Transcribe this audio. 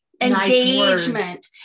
Engagement